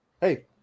hey